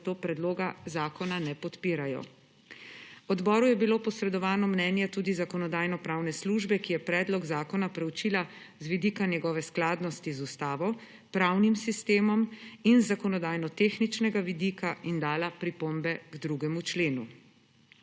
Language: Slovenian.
zato predloga zakona ne podpirajo. Odboru je bilo posredovano tudi mnenje Zakonodajno-pravne službe, ki je predlog zakona preučila z vidika njegove skladnosti z ustavo, pravnim sistemom in z zakonodajno-tehničnega vidika, in dala pripombe k 2. členu.